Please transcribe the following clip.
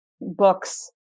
books